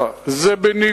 זאת לא הנחייתך,